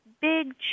big